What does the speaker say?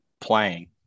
playing